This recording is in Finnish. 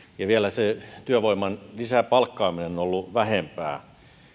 vielä se työvoiman lisäpalkkaaminen on ollut vähempää